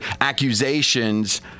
accusations